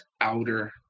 outer